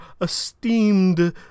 esteemed